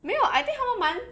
没有 I think 他们蛮